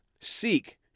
seek